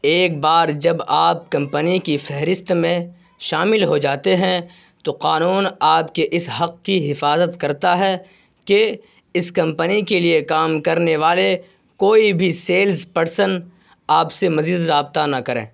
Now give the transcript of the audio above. ایک بار جب آپ کمپنی کی فہرست میں شامل ہو جاتے ہیں تو قانون آپ کے اس حق کی حفاظت کرتا ہے کہ اس کمپنی کے لیے کام کرنے والے کوئی بھی سیلز پرسن آپ سے مزید زابطہ نہ کریں